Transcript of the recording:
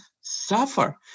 suffer